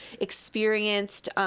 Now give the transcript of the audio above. experienced –